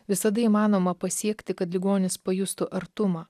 visada įmanoma pasiekti kad ligonis pajustų artumą